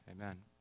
Amen